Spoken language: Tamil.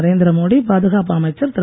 நரேந்திர மோடி பாதுகாப்பு அமைச்சர் திரு